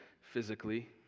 physically